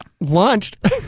launched